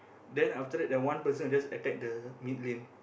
then after that the one person will just attack the mid lane